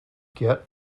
get